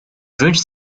wünscht